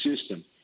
system